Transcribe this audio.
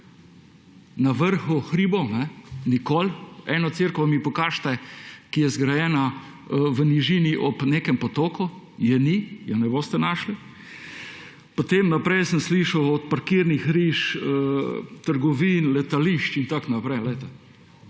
na vrhu hribov. Eno cerkev mi pokažite, ki je zgrajena v nižini ob nekem potoku. Je ni, je ne boste našli. Potem naprej sem slišal od parkirnih hiš, trgovin, letališč in tako naprej. Glejte,